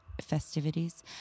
festivities